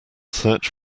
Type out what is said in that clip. search